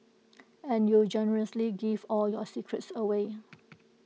and you generously give all your secrets away